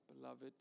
beloved